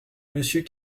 monsieur